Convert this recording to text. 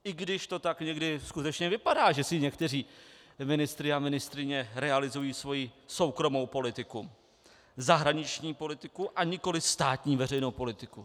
I když to tak někdy skutečně vypadá, že se někteří ministři a ministryně realizují svoji soukromou politiku, zahraniční politiku, a nikoli státní veřejnou politiku.